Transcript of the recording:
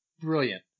brilliant